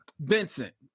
vincent